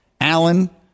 Allen